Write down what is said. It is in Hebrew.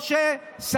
משה אבוטבול.